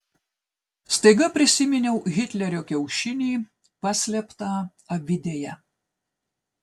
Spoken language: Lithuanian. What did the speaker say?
staiga prisiminiau hitlerio kiaušinį paslėptą avidėje